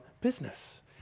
business